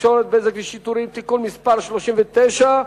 התקשורת (בזק ושידורים) (תיקון מס' 39)